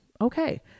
Okay